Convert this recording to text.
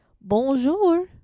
Bonjour